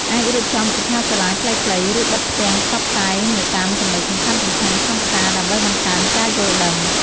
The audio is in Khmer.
អាចរៀបចំសិក្ខាសាលាខ្លីៗ ឬបិទផ្ទាំងផ្សព្វផ្សាយនៅតាមចំណុចសំខាន់ៗក្នុងផ្សារដើម្បីបង្កើនការយល់ដឹង។